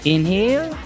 Inhale